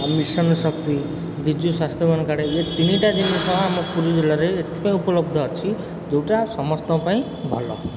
ଆଉ ମିଶନ୍ ଶକ୍ତି ବିଜୁ ସ୍ୱାସ୍ଥବାନ୍ କାର୍ଡ଼ ଏ ତିନିଟା ଜିନିଷ ଆମ ପୁରୀ ଜିଲ୍ଲାରେ ଏଥିପାଇଁ ଉପଲବ୍ଧ ଅଛି ଯେଉଁଟା ସମସ୍ତଙ୍କ ପାଇଁ ଭଲ